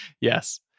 Yes